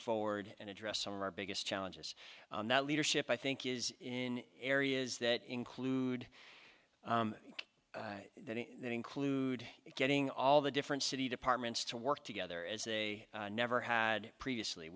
forward and address some of our biggest challenges that leadership i think is in areas that include that include getting all the different city departments to work together as they never had previously